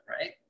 right